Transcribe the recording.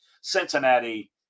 Cincinnati